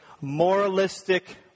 moralistic